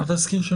תזכיר של